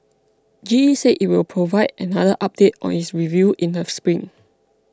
G E said it will provide another update on its review in the spring